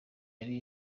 yari